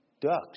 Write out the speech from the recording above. Ducks